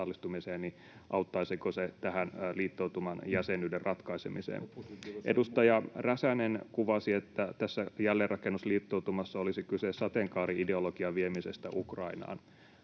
auttaisiko se tähän liittoutuman jäsenyyden ratkaisemiseen? Edustaja Räsänen kuvasi, että tässä jälleenrakennusliittoutumassa olisi kyse sateenkaari-ideologian viemisestä Ukrainaan.